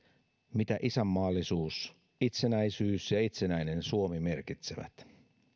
mitä isänmaallisuus itsenäisyys ja itsenäinen suomi merkitsevät